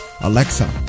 Alexa